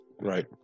Right